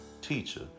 Teacher